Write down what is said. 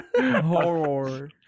Horror